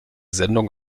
sendung